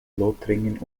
lothringen